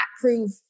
prove